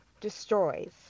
destroys